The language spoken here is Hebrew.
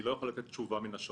אני לא יכול לתת תשובה מן השרוול.